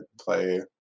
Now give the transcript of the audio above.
play